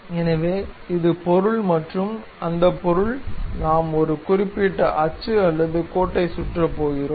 எனவே இது பொருள் மற்றும் அந்த பொருள் நாம் ஒரு குறிப்பிட்ட அச்சு அல்லது கோட்டைச் சுற்றப் போகிறோம்